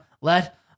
let